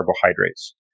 carbohydrates